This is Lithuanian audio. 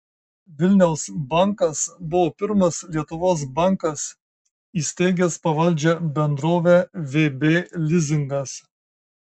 vilniaus bankas buvo pirmas lietuvos bankas įsteigęs pavaldžią bendrovę vb lizingas